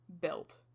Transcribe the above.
built